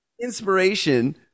Inspiration